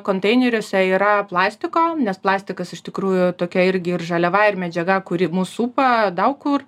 konteineriuose yra plastiko nes plastikas iš tikrųjų tokia irgi ir žaliava ir medžiaga kuri mus supa daug kur